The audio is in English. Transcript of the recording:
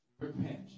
repent